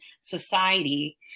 society